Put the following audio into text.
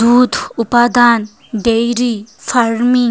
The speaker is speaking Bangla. দুধ উৎপাদন ডেইরি ফার্মিং